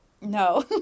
No